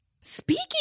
speaking